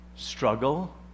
Struggle